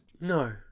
No